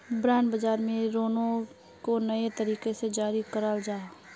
bond बाज़ार में रीनो को नए तरीका से जारी कराल जाहा